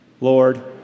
Lord